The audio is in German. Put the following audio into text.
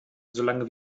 solange